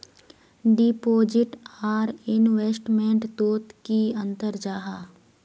Deposit आर investment तोत की अंतर जाहा?